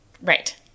Right